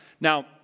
Now